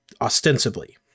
ostensibly